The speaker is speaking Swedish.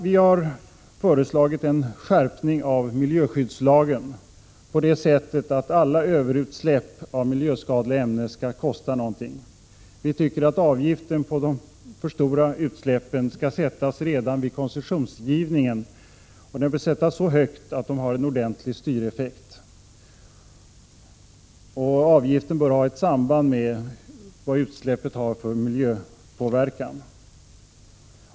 Vi har föreslagit en skärpning av miljöskyddslagen på det sättet att alla ”överutsläpp” av miljöskadliga ämnen skall kosta någonting. Vi tycker att avgiften på de för stora utsläppen skall sättas redan vid koncessionsgivningen, och den bör sättas så högt att den får en ordentlig styreffekt. Avgiften bör ha ett samband med vad utsläppet har för miljöpåverkan.